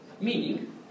Meaning